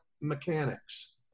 mechanics